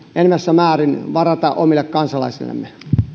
enenevässä määrin varata omille kansalaisillemme